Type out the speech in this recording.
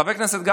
חבר הכנסת גפני,